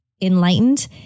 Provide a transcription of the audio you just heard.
Enlightened